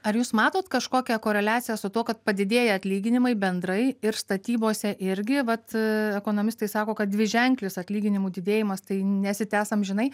ar jūs matot kažkokią koreliaciją su tuo kad padidėja atlyginimai bendrai ir statybose irgi vat ekonomistai sako kad dviženklis atlyginimų didėjimas tai nesitęs amžinai